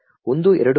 ಒಂದು ಎರಡು ಮೂರು